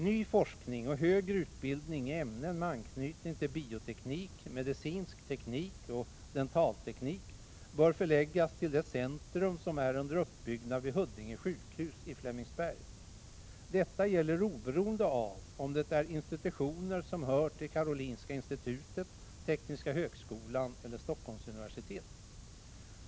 Ny forskning och högre utbildning i ämnen med anknytning till bioteknik, medicinsk teknik och dentalteknik bör förläggas till det centrum som är under uppbyggnad vid Huddinge sjukhus i Flemingsberg. Detta gäller oberoende av om det är institutioner som hör till Karolinska institutet, Tekniska högskolan eller Stockholms universitet.